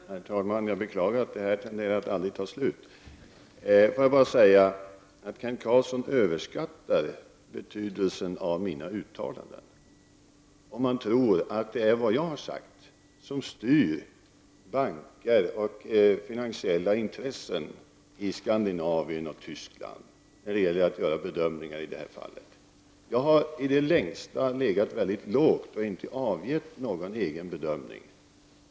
Herr talman! Jag beklagar att den här debatten tenderar att aldrig ta slut. Jag vill bara säga att Kent Carlsson överskattar betydelsen av mina uttalanden, om han tror att det som jag har sagt styr banker och finansiella intressen i Skandinavien och Tyskland när det gäller att göra bedömningar i det här fallet. Jag har i det längsta så att säga legat mycket lågt. Jag har alltså inte sagt vad som är min egen bedömning.